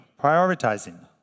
prioritizing